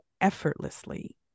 effortlessly